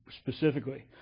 specifically